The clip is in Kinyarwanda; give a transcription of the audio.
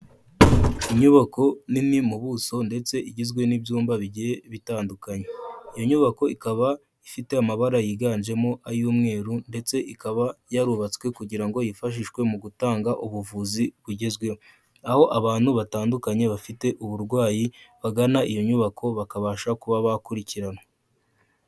Inyubako nini mu buso ndetse igizwe n'ibyumba bigiye bitandukanye, iyo nyubako ikaba ifite amabara yiganjemo ay'umweru ndetse ikaba yarubatswe kugira ngo yifashishwe mu gutanga ubuvuzi bugezweho, aho abantu batandukanye bafite uburwayi bagana iyo nyubako bakabasha kuba bakurikiranwa.